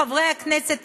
חברי הכנסת,